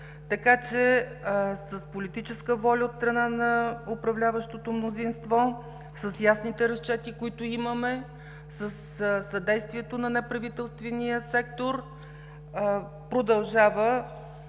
така че с политическа воля от страна на управляващото мнозинство, с ясните разчети, които имаме, със съдействието на неправителствения сектор продължава